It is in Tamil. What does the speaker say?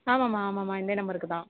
ஆமாம்மா ஆமாம்மா இதே நம்பருக்கு தான்